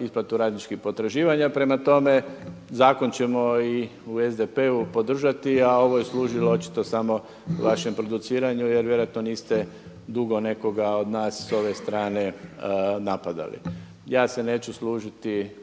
isplatu radničkih potraživanja. Prema tome zakon ćemo i u SDP-u podržati a ovo je služilo očito samo vašem produciranju jer vjerojatno niste dugo nekoga od nas s ove strane napadali. Ja se neću služiti